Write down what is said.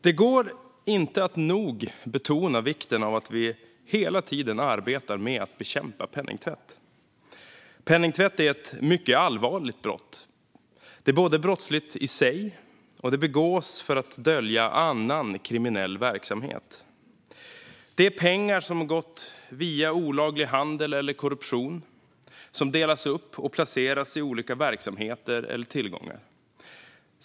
Det går inte att nog betona vikten av att vi hela tiden arbetar med att bekämpa penningtvätt. Penningtvätt är ett mycket allvarligt brott. Det är brottsligt i sig, och det begås för att dölja annan kriminell verksamhet. Det är pengar som gått via olaglig handel eller korruption och som delas upp och placeras i olika verksamheter eller tillgångar.